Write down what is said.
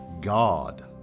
God